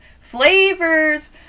Flavors